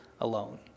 alone